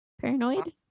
Paranoid